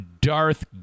Darth